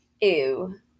Ew